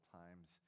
times